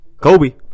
Kobe